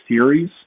series